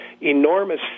enormous